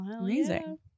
Amazing